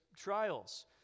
trials